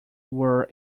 were